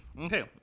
Okay